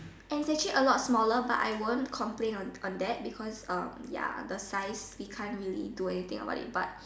and it's actually a lot smaller but I won't complain on on that because ya the size we can't really do anything about it but